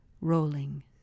rolling